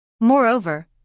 Moreover